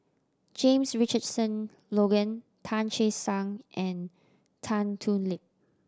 James Richardson Logan Tan Che Sang and Tan Thoon Lip